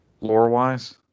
Lore-wise